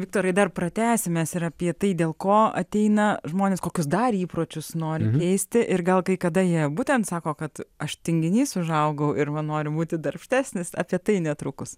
viktorai dar pratęsim mes ir apie tai dėl ko ateina žmonės kokius dar įpročius nori keisti ir gal kai kada jie būtent sako kad aš tinginys užaugau ir va noriu būti darbštesnis apie tai netrukus